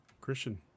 Christian